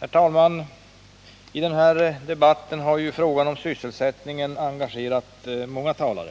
Herr talman! I den här debatten har ju frågan om sysselsättningen engagerat många talare,